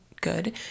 good